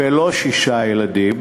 ולא שישה ילדים,